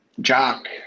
Jock